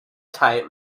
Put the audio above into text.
type